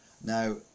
Now